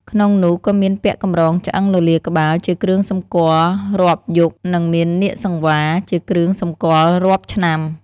ក្នុងនោះ ក៏មានពាក់កម្រងឆ្អឹងលលាដ៍ក្បាល ជាគ្រឿងសម្គាល់រាប់យុគ និងមាននាគសង្វារ ជាគ្រឿងសម្គាល់រាប់ឆ្នាំ។។